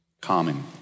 Common